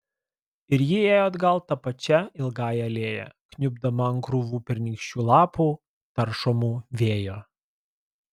ir ji ėjo atgal ta pačia ilgąja alėja kniubdama ant krūvų pernykščių lapų taršomų vėjo